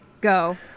Go